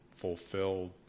fulfilled